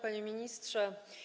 Panie Ministrze!